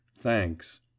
Thanks